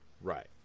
Right